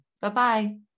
Bye-bye